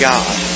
God